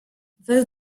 though